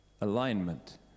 Alignment